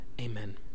Amen